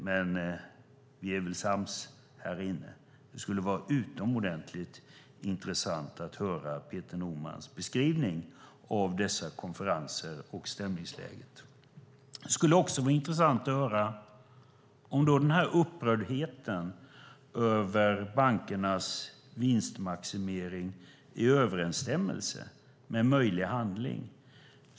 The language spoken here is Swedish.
Men vi är väl sams här inne? Det skulle vara utomordentligt intressant att höra Peter Normans beskrivning av dessa konferenser och stämningsläget. Det skulle också vara intressant att höra om denna upprördhet över bankernas vinstmaximering är i överensstämmelse med möjlig handling.